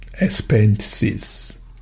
expenses